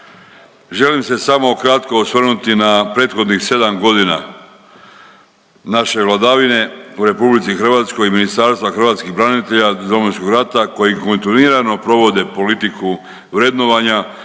Želim se samo kratko osvrnuti na prethodnih 7.g. naše vladavine u RH i Ministarstva hrvatskih branitelja Domovinskog rata koji kontinuirano provode politiku vrednovanja